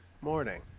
morning